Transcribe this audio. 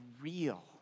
real